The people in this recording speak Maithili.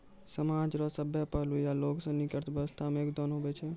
समाज रो सभ्भे पहलू या लोगसनी के अर्थव्यवस्था मे योगदान हुवै छै